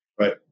right